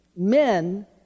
Men